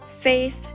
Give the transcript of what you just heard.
faith